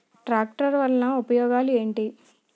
Tractor వల్ల ఉపయోగాలు ఏంటీ?